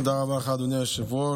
תודה רבה לך, אדוני היושב-ראש.